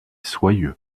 soyeux